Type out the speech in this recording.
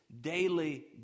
daily